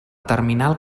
terminal